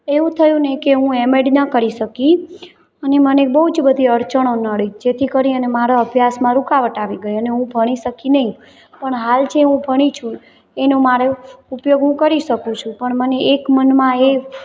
એવું થયું ને કે હું એમએડ ન કરી શકી અને મને બહુ જ બધી અડચણો નડી જેથી કરીને મારા અભ્યાસમાં રુકાવટ આવી ગઈ અને હું ભણી શકી નહીં પણ હાલ જે હું ભણી છું એનો મારે ઉપયોગ હું કરી શકું છું પણ મને એક મનમાં એ